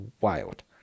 wild